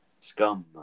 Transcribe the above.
scum